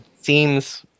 seems